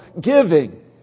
giving